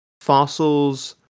fossils